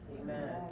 Amen